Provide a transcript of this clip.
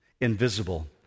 invisible